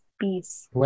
peace